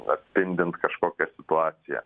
atspindint kažkokią situaciją